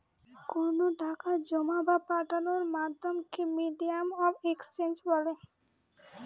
কোনো টাকা জোমা বা পাঠানোর মাধ্যমকে মিডিয়াম অফ এক্সচেঞ্জ বলে